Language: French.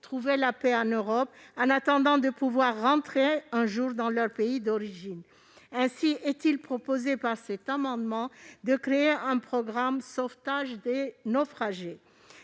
trouver la paix en Europe, en attendant de pouvoir rentrer un jour dans leur pays d'origine. Ainsi est-il proposé de créer un programme intitulé « Sauvetage des naufragés